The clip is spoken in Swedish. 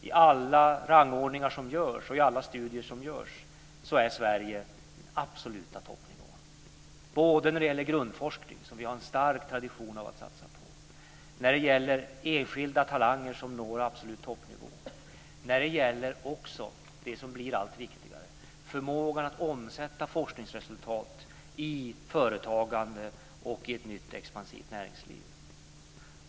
I alla rangordningar och studier som görs är Sverige på den absoluta toppnivån, när det gäller grundforskning som vi har en stark tradition att satsa på, när det gäller enskilda talanger som når toppnivå, när det gäller det som blir allt viktigare, dvs. förmågan att omsätta forskningsresultat i företagande och i ett nytt expansivt näringsliv.